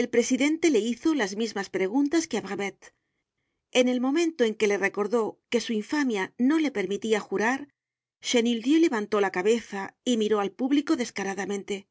el presidente le hizo las mismas preguntas que á brevet en el momento en que le recordó que su infamia no le permitía jurar chenildieu levantó la cabeza y miró al público descaradamente el